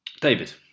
David